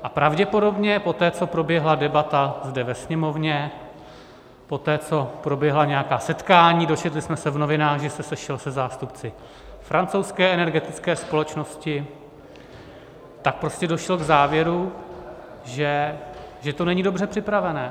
A pravděpodobně poté, co proběhla debata zde ve Sněmovně, poté, co proběhla nějaká setkání, dočetli jsme se v novinách, že se sešel se zástupci francouzské energetické společnosti, tak prostě došel k závěru, že to není dobře připravené.